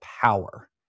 power